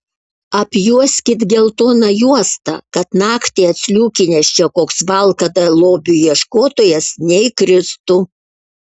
apjuoskit geltona juosta kad naktį atsliūkinęs čia koks valkata lobių ieškotojas neįkristų